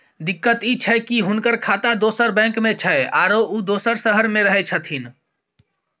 दिक्कत इ छै की हुनकर खाता दोसर बैंक में छै, आरो उ दोसर शहर में रहें छथिन